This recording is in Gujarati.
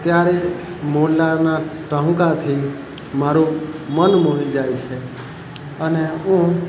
ત્યારે મોરલાના ટહુકાથી મારું મન મોહી જાય છે અને હું